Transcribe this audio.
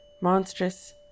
Monstrous